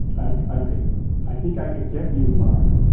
yeah like i could i think i could get you, mark,